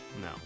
No